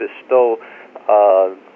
bestow